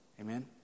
Amen